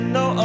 no